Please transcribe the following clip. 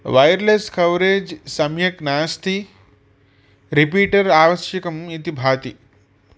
wireless coverage सम्यक् नास्ति repeater आवश्यकम् इति भाति